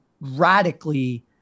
radically